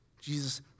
Jesus